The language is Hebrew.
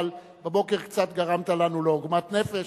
אבל בבוקר קצת גרמת לנו לעוגמת נפש,